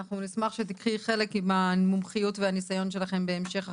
אנחנו נשמח שתיקחי חלק עם המומחיות והניסיון שלכם בהמשך החקיקה.